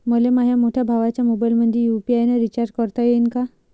मले माह्या मोठ्या भावाच्या मोबाईलमंदी यू.पी.आय न रिचार्ज करता येईन का?